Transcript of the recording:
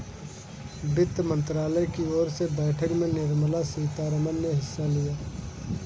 वित्त मंत्रालय की ओर से बैठक में निर्मला सीतारमन ने हिस्सा लिया